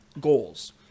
goals